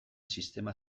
sistema